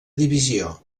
divisió